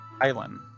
Island